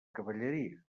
cavalleries